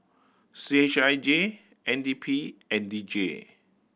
C H I J N D P and D J